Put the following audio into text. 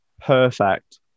perfect